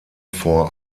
vor